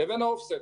לבין ה-OFFSET.